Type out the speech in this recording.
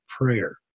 prayer